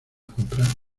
comprar